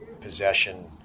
possession